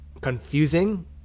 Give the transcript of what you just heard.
confusing